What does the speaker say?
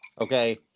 okay